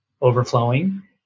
overflowing